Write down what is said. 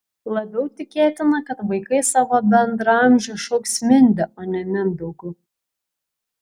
labiau tikėtina kad vaikai savo bendraamžį šauks minde o ne mindaugu